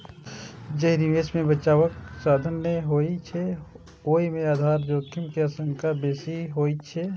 जाहि निवेश मे बचावक साधन नै होइ छै, ओय मे आधार जोखिम के आशंका बेसी होइ छै